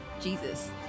Jesus